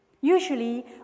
Usually